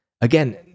Again